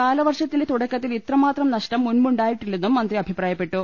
കാല വർഷത്തിന്റെ തുടക്കത്തിൽ ഇത്രമാത്രംനഷ്ടം മുൻപുണ്ടായിട്ടില്ലെന്നും മന്ത്രി അഭിപ്രായപ്പെട്ടു